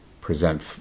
present